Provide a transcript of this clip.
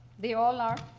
they all are.